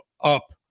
up